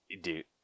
Dude